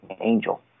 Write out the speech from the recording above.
angel